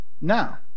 now